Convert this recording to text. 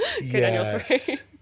Yes